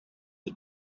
the